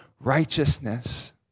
righteousness